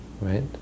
Right